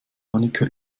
annika